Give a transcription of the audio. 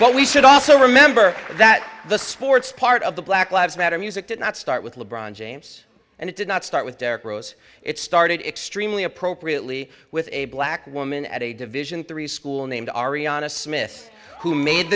but we should also remember that the sports part of the black lives matter music did not start with le bron james and it did not start with derrick rose it started extremely appropriately with a black woman at a division three school named ariana smith who made